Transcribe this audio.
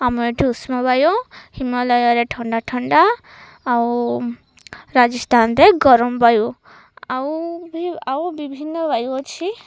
ଆମର ଏଇଠି ଉଷ୍ଣ ବାୟୁ ହିମାଳୟରେ ଥଣ୍ଡା ଥଣ୍ଡା ଆଉ ରାଜସ୍ଥାନରେ ଗରମ ବାୟୁ ଆଉ ବି ଆଉ ବିଭିନ୍ନ ବାୟୁ ଅଛି